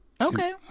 Okay